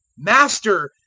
master,